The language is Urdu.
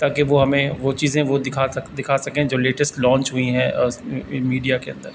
تاکہ وہ ہمیں وہ چیزیں وہ دکھا سک دکھا سکیں جو لیٹسٹ لانچ ہوئی ہیں میڈیا کے اندر